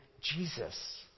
Jesus